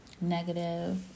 negative